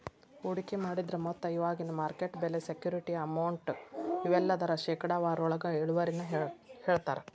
ಹೂಡಿಕೆ ಮಾಡಿದ್ರ ಮೊತ್ತ ಇವಾಗಿನ ಮಾರ್ಕೆಟ್ ಬೆಲೆ ಸೆಕ್ಯೂರಿಟಿ ಅಮೌಂಟ್ ಇವೆಲ್ಲದರ ಶೇಕಡಾವಾರೊಳಗ ಇಳುವರಿನ ಹೇಳ್ತಾರಾ